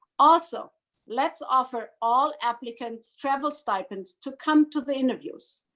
also let's offer all applicants travel stipends to come to the interviews.